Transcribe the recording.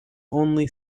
only